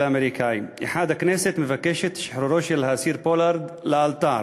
האמריקני: 1. הכנסת מבקשת את שחרורו של האסיר פולארד לאלתר.